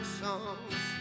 songs